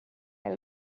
will